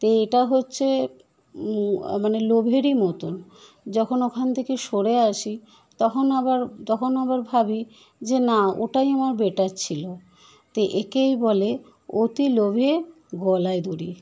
তো এটা হচ্ছে মানে লোভেরই মতন যখন ওখান থেকে সরে আসি তখন আবার তখন আবার ভাবি যে না ওটাই আমার বেটার ছিল তো একেই বলে অতি লোভে গলায় দড়ি